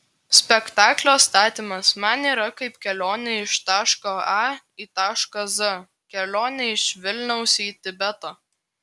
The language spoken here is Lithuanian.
spektaklio statymas man yra kaip kelionė iš taško a į tašką z kelionė iš vilniaus į tibetą